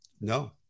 no